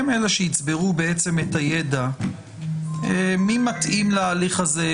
הם אלה שיצברו את הידע לגבי מי שמתאים להליך הזה,